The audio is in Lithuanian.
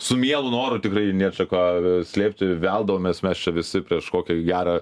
su mielu noru tikrai nėr čia ką slėpti veldavomės mes čia visi prieš kokią gerą